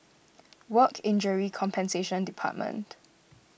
Work Injury Compensation Department